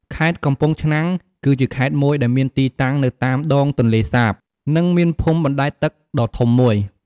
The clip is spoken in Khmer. ខេត្តកំពង់ឆ្នាំង គឺជាខេត្តមួយដែលមានទីតាំងនៅតាមដងទន្លេសាប និងមានភូមិបណ្ដែតទឹកដ៏ធំមួយ។